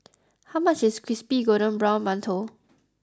how much is Crispy Golden Brown Mantou